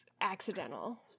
accidental